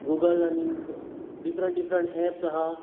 Google आनीक different different apps आहा